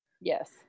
Yes